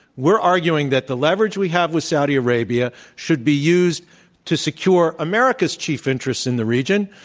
we're arguing that the leverage we have with saudi arabia should be used to secure america's chief interests in the region,